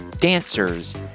dancers